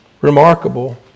remarkable